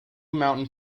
mountain